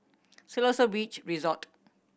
Siloso Beach Resort